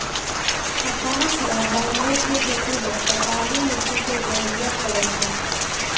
कपास या बांगो के खेती बास्तॅ काली मिट्टी के जरूरत पड़ै छै